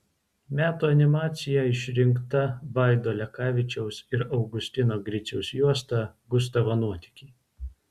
metų animacija išrinkta vaido lekavičiaus ir augustino griciaus juosta gustavo nuotykiai